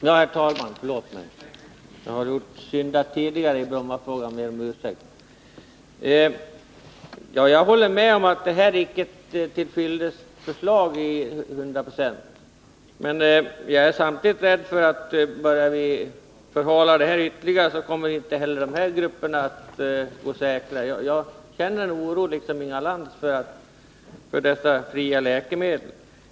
Herr talman! Jag håller med om att det här förslaget icke är till fyllest till 100 96. Men jag är samtidigt rädd för att om vi börjar förhala ärendet ytterligare så kommer inte heller dessa grupper att vara säkra. Jag känner liksom Inga Lantz en oro när det gäller fria läkemedel.